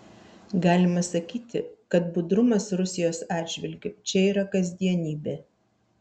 galima sakyti kad budrumas rusijos atžvilgiu čia yra kasdienybė